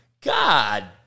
God